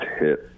hit